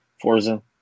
Forza